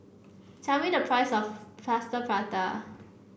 tell me the price of Plaster Prata